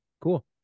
cool